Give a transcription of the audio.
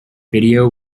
video